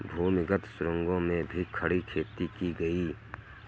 भूमिगत सुरंगों में भी खड़ी खेती की गई